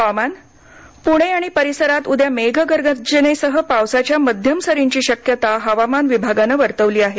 हवामान प्णे परिसरात उद्या मेघगर्जनेसह पावसाच्या मध्यम सरींची शक्यता हवामान विभागानं वर्तवली आहे